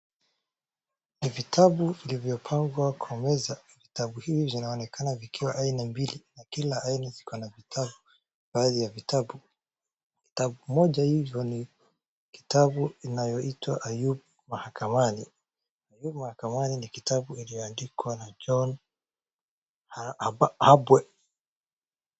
Vitabu vilivyopangwa kwa meza, vitabu hivi vinaonekana vikiwa aina mbili, kila aina ziko na vitabu, baadhi ya vitabu. Vitabu moja hizo ni kitabu inayoitwa, Ayubu Mashakani. Ayubu Mashakani ni kitabu iliyoandikwa na John Habwe.